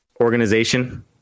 organization